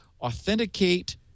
authenticate